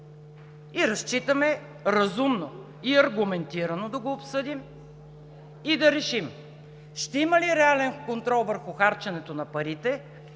и разчитаме разумно и аргументирано да го обсъдим и да решим: ще има ли реален контрол върху харченето, или